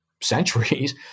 centuries